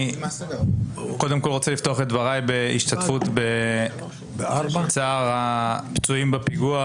אני מבין את הרעיון של פטור לממשלה בנושאי מדיניות,